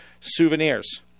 souvenirs